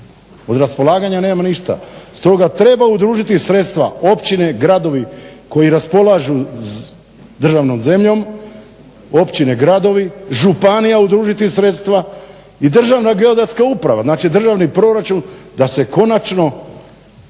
od raspolaganja ništa. Stoga treba udružiti sredstva, općine, gradovi koji raspolažu s državnom zemljom, općine, gradovi, županija udružiti sredstva i Državna geodetska uprava. Znači, državni proračun da se konačno